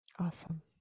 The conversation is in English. Awesome